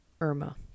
Irma